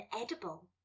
edible